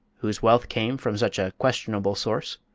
whose wealth came from such a questionable source?